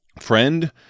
friend